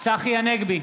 צחי הנגבי,